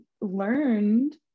learned